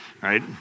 right